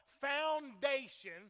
foundation